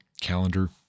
calendar